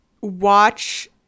watch